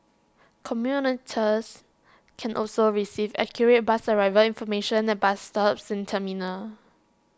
commuters can also receive accurate bus arrival information at bus stops and terminals